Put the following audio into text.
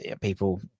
people